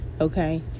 okay